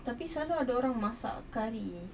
tetapi selalu ada orang masak curry